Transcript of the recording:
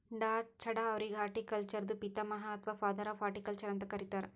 ಡಾ.ಚಢಾ ಅವ್ರಿಗ್ ಹಾರ್ಟಿಕಲ್ಚರ್ದು ಪಿತಾಮಹ ಅಥವಾ ಫಾದರ್ ಆಫ್ ಹಾರ್ಟಿಕಲ್ಚರ್ ಅಂತ್ ಕರಿತಾರ್